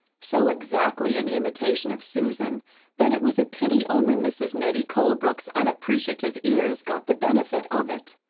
so exactly in imitation of susan that it was a pity only mrs. nettie colebrook's unappreciative ears got the benefit of it.